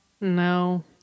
No